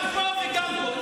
גם פה וגם פה.